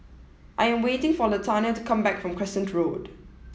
I am waiting for Latanya to come back from Crescent Road